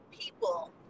people